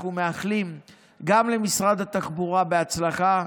אנחנו מאחלים גם למשרד התחבורה בהצלחה,